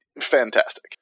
fantastic